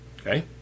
okay